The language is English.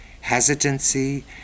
hesitancy